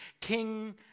King